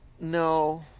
No